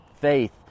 faith